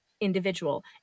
individual